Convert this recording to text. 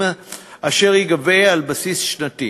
אשר ייגבה על בסיס שנתי.